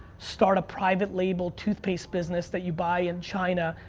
start a private label toothpaste business that you buy in china,